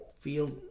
feel